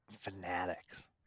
Fanatics